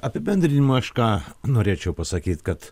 apibendrinimui aš ką norėčiau pasakyt kad